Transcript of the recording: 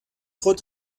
خود